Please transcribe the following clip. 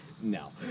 no